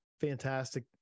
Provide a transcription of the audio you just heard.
fantastic